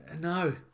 No